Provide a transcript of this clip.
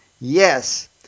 yes